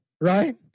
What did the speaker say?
right